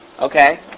Okay